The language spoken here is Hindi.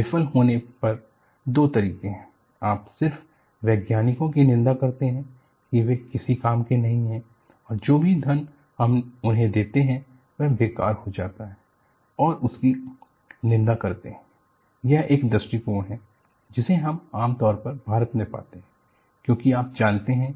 विफल होने पर दो तरीके हैं आप सिर्फ वैज्ञानिकों की निंदा करते हैं की वे किसी काम के नहीं और जो भी धन हम उन्हें देते है वह बेकार हो जाता है और उनकी निंदा करते है यह एक दृष्टिकोण है जिसे हम आमतौर पर भारत मे पाते हैं क्योंकि आप जानते हैं